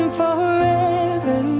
forever